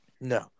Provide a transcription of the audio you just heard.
No